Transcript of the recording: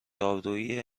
آبروئیه